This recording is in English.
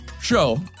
show